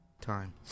time